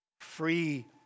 Free